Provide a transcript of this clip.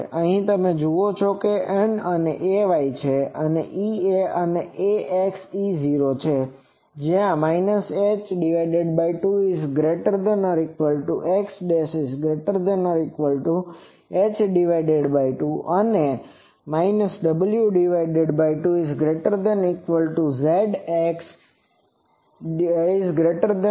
અહીં તમે જુઓ છો કે n એ ay છે અને Ea એ axE0 છે જ્યાં h2 ≤X'≤ h2 અને w2 ≤Z ≤ w2 છે